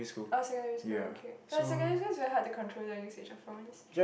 oh secondary school okay but secondary school is very hard their usage of phones